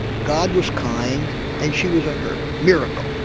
god was kind and she was unhurt miracle.